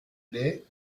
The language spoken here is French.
lait